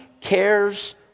cares